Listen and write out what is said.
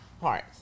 parts